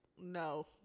No